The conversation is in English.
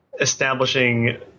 establishing